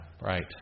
Right